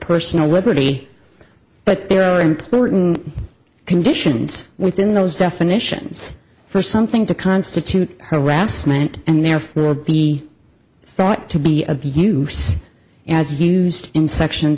personal liberty but there are important conditions within those definitions for something to constitute harassment and therefore be thought to be abuse as used in section